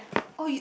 oh you